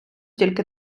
тільки